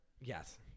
Yes